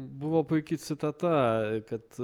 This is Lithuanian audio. buvo puiki citata kad